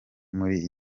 muri